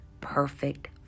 perfect